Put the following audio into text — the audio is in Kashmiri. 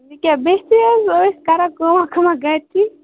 یہِ کیاہ بِیٚہتھٕے حظ ٲسۍ کران کٲمہ کٲمہ گرِچی